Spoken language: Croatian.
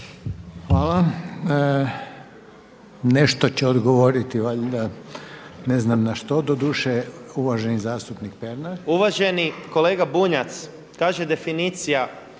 Hvala. Nešto će odgovoriti valjda, ne znam na što doduše, uvaženi zastupnik Pernar. **Pernar, Ivan (Živi zid)** Uvaženi kolega Bunjac, kaže definicija,